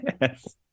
Yes